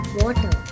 water